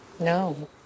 no